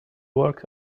worked